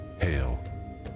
Hail